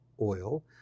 oil